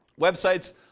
websites